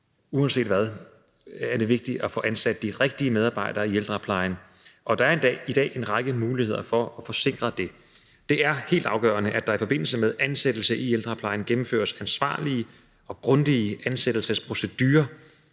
uanset hvad, at få ansat de rigtige medarbejdere i ældreplejen. Der er i dag en række muligheder for at kunne sikre det. Det er helt afgørende, at der i forbindelse med ansættelse i ældreplejen gennemføres ansvarlige og grundige ansættelsesprocedurer